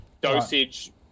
dosage